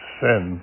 sin